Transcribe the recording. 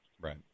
Right